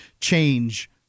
change